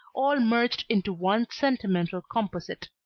all merged into one sentimental composite.